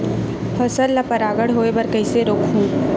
फसल ल परागण होय बर कइसे रोकहु?